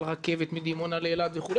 על רכבת מדימונה לאילת וכו',